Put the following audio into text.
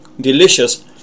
Delicious